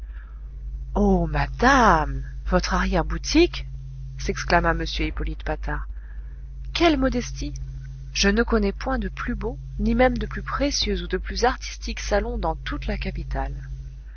oh madame votre arrière-boutique s'exclama m hippolyte patard quelle modestie je ne connais point de plus beau ni même de plus précieux ou de plus artistique salon dans toute la capitale